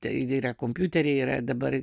tai yra kompiuteriai yra dabar